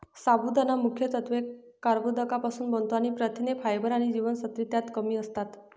साबुदाणा मुख्यत्वे कर्बोदकांपासुन बनतो आणि प्रथिने, फायबर आणि जीवनसत्त्वे त्यात कमी असतात